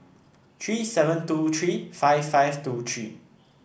three seven two three five five two three